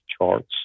charts